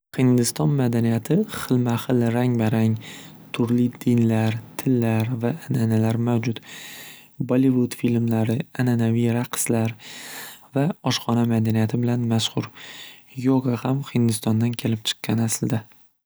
Hindiston madaniyati xilma xil rang barang turli dinlar, tillar va an'analar mavjud ballivud filmlari an'anaviy raqslar va oshxona madaniyati bilan mashxur yoga ham hindistondan kelib chiqgan aslida.